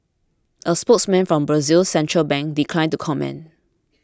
a spokesman for Brazil's central bank declined to comment